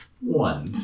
one